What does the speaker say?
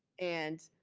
and